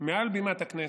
מעל בימת הכנסת,